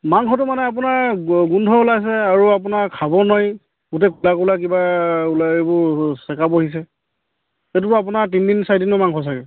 মাংসটো মানে আপোনাৰ গোন্ধ ওলাইছে আৰু আপোনাৰ খাব নোৱাৰি গোটেই কলা কলা কিবা ওলাই এইবোৰ চেকা বহিছে সেইটো আপোনাৰ তিনদিন চাৰিদিনৰ মাংস চাগে